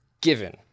given